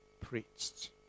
preached